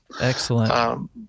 Excellent